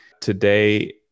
today